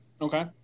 okay